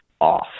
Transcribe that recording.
off